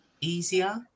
easier